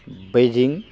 Beijing